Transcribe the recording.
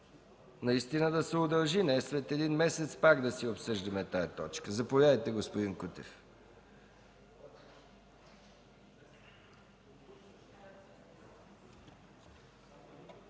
наистина да се удължи, не след един месец пак да обсъждаме тази точка. Заповядайте, господин Кутев.